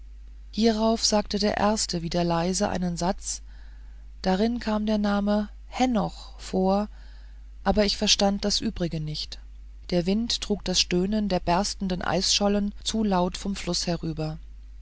hierauf sagte der erste wieder leise einen satz darin kam der name henoch vor aber ich verstand das übrige nicht der wind trug das stöhnen der berstenden eisschollen zu laut vom flusse herüber